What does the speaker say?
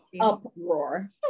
uproar